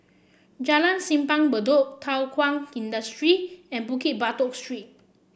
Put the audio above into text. Jalan Simpang Bedok Thow Kwang Industry and Bukit Batok Street